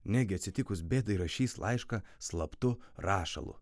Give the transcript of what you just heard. negi atsitikus bėdai rašys laišką slaptu rašalu